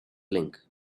link